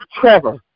Trevor